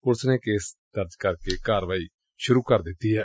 police ਨੇ case ਦਰਜ ਕਰਕੇ ਕਾਰਵਾਈ ਸੁਰੂ ਕਰ ਦਿੱਤੀ ਏ